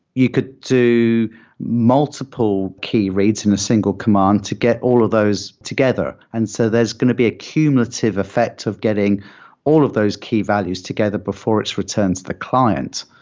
you could do multiple key reads in a single command to get all of those together. and so there's going to be a cumulative effect of getting all of those key values together before it's returned to the client.